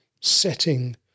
setting